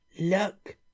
Look